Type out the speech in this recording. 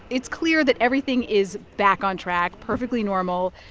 it's clear that everything is back on track, perfectly normal.